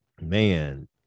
man